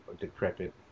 decrepit